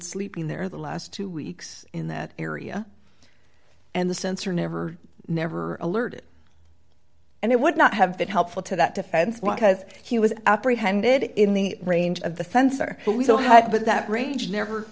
sleeping there the last two weeks in that area and the censor never never alerted and it would not have been helpful to that defense was he was apprehended in the range of the fence or what we saw had but that range never